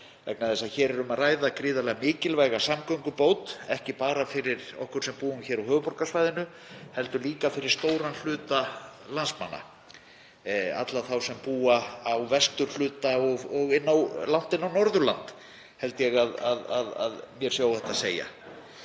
vegna þess að hér er um að ræða gríðarlega mikilvæga samgöngubót, ekki bara fyrir okkur sem búum hér á höfuðborgarsvæðinu heldur líka fyrir stóran hluta landsmanna, alla þá sem búa á vesturhluta landsins og langt inn á Norðurland, held ég að mér sé óhætt að segja.